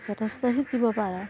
যথেষ্ট শিকিব পাৰে